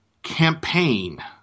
Campaign